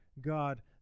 God